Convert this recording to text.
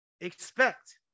expect